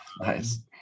Nice